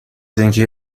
اینکه